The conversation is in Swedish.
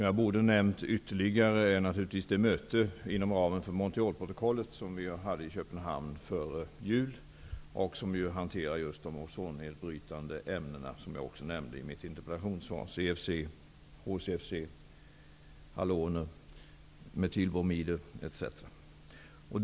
Jag borde naturligtvis nämnt det möte inom ramen för Montrealprotokollet som ägde rum i Köpenhamn före jul, vilket just hanterade frågan om de ozonnedbrytande ämnen jag nämnde i mitt interpellationssvar -- CFC, HCFC, haloner, metylbromider etc.